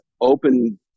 open